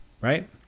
right